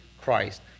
Christ